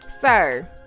Sir